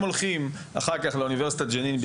הם הולכים אחר כך ללמוד באוניברסיטאות בג׳נין,